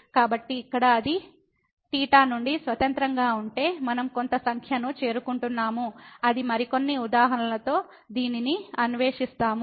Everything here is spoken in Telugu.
కాబట్టి ఇక్కడ అది నుండి స్వతంత్రంగా ఉంటే మనం కొంత సంఖ్యకు చేరుకుంటున్నాము అది మరికొన్ని ఉదాహరణలలో దీనిని అన్వేషిస్తాము